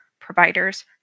providers